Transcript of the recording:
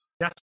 Yes